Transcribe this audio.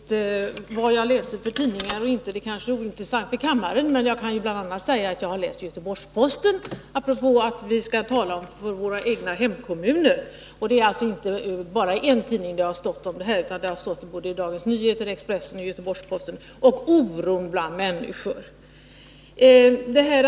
Herr talman! Vilka tidningar jag läser och inte läser är kanske ointressant för kammaren, men jag kan nämna att jag har läst bl.a. Göteborgs-Posten — apropå detta att vi skall tala för våra hemkommuner. Det är alltså inte bara en tidning som skrivit om det här, utan det har stått i såväl Dagens Nyheter och Expressen som Göteborgs-Posten om oron bland människor.